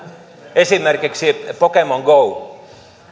esimerkiksi pokemon go